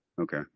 Okay